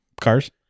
Cars